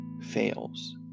fails